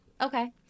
Okay